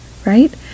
right